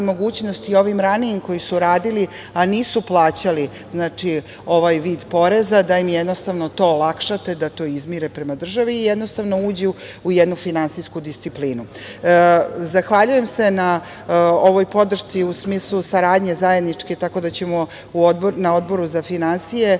mogućnost i ovim ranijim koji su radili, a nisu plaćali ovaj vid poreza, da im jednostavno to olakšate, da to izmire prema države i jednostavno uđu u jednu finansijsku disciplinu. Zahvaljujem se na ovoj podršci u smislu saradnje zajedničke, tako da ćemo na Odboru za finansije